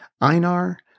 Einar